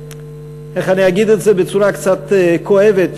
איך אני אגיד את זה בצורה קצת כואבת,